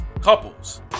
couples